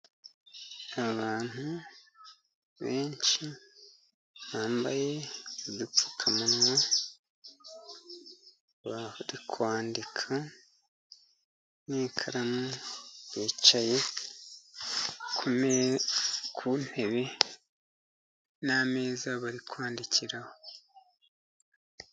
Abantu benshi bambaye udupfukamunwa bari kwandika n'ikaramu, bicaye ku ntebe n'ameza bari kwandikiraho.